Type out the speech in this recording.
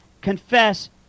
confess